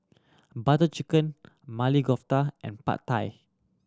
Butter Chicken Maili Kofta and Pad Thai